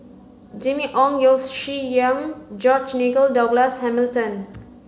Jimmy Ong Yeo Shih Yun George Nigel Douglas Hamilton